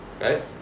Right